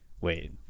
wait